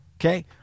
Okay